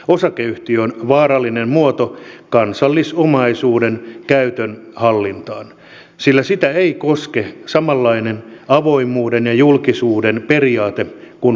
osakeyhtiö on vaarallinen muoto kansallisomaisuuden käytön hallintaan sillä sitä ei koske samanlainen avoimuuden ja julkisuuden periaate kuin valtiota